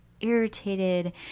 irritated